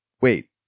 wait